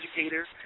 educators